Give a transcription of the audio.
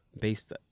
based